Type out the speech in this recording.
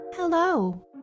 Hello